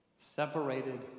separated